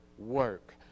Work